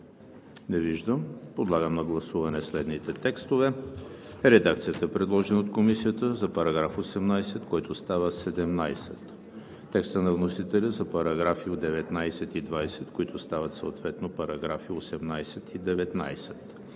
Не виждам. Подлагам на гласуване следните текстове: редакцията, предложена от Комисията за § 18, който става § 17; текста на вносителя за параграфи 19 и 20, които стават съответно параграфи 18 и 19;